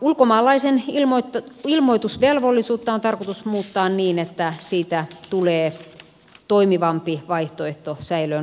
ulkomaalaisen ilmoitusvelvollisuutta on tarkoitus muuttaa niin että siitä tulee toimivampi vaihtoehto säilöön ottamiselle